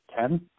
Ten